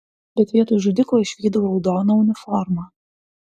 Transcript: bet vietoj žudiko išvydau raudoną uniformą